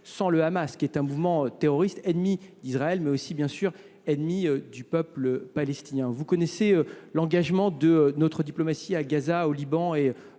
sans le Hamas, mouvement terroriste ennemi d’Israël, mais aussi, bien sûr, ennemi du peuple palestinien. Vous connaissez l’engagement de notre diplomatie à Gaza, au Liban et